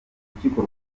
urukiko